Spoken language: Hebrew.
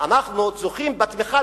ואנחנו עוד זוכים בתמיכה,